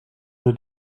nur